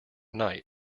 night